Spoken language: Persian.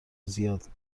زیاد